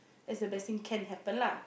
as the best thing can happen lah